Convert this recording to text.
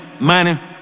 money